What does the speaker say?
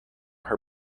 her